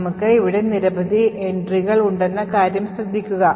നമുക്ക് ഇവിടെ നിരവധി എൻട്രികൾ ഉണ്ടെന്ന കാര്യം ശ്രദ്ധിക്കുക